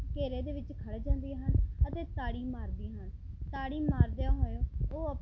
ਘੇਰੇ ਦੇ ਵਿੱਚ ਖੜ ਜਾਂਦੀਆਂ ਹਨ ਅਤੇ ਤਾੜੀ ਮਾਰਦੀਆਂ ਹਨ ਤਾੜੀ ਮਾਰਦਿਆਂ ਹੋਏ ਉਹ ਅ